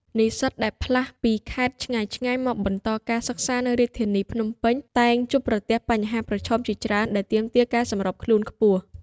និស្សិតដែលផ្លាស់ពីខេត្តឆ្ងាយៗមកបន្តការសិក្សានៅរាជធានីភ្នំពេញ តែងជួបប្រទះបញ្ហាប្រឈមជាច្រើនដែលទាមទារការសម្របខ្លួនខ្ពស់។